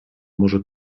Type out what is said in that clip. może